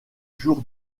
jour